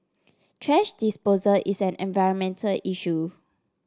thrash disposal is an environmental issue